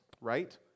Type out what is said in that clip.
right